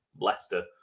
Leicester